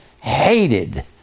hated